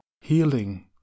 healing